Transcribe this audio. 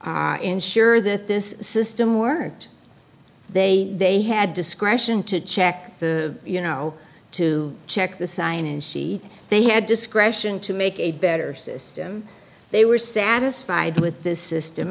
to ensure that this system weren't they they had discretion to check the you know to check the sign and she they had discretion to make a better system they were satisfied with the system